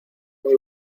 muy